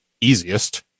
easiest